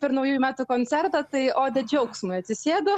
per naujųjų metų koncertą tai odė džiaugsmui atsisėdo